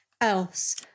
else